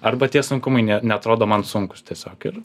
arba tie sunkumai ne neatrodo man sunkūs tiesiog ir